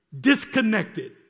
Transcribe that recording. Disconnected